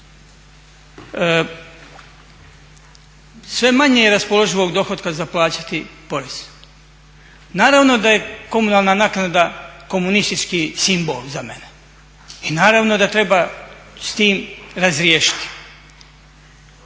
Sve manje je raspoloživog dohotka za plaćati porez. Naravno da je komunalna naknada komunistički simbol za mene, i naravno da treba s tim razriješiti,